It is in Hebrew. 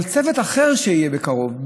אבל צוות אחר שיהיה קרוב,